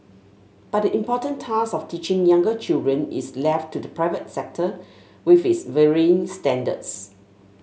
but the important task of teaching younger children is left to the private sector with its varying standards